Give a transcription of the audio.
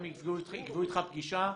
הם יקבעו איתך פגישה,